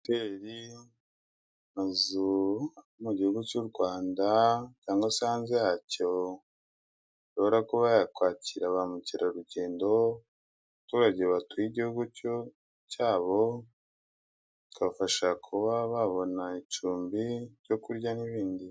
Hoteli mu gihugu cy'u Rwanda cyangwa se hanze yacyo ishobora kuba yakwakira ba mukerarugendo, abaturage batuye igihugu cyabo akafasha kuba babona icumbi ibyo kurya n'ibindi.